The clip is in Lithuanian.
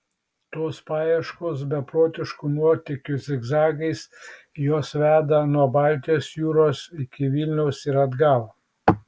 tos paieškos beprotiškų nuotykių zigzagais juos veda nuo baltijos jūros iki vilniaus ir atgal